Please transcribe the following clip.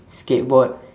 skateboard